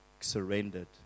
surrendered